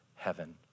heaven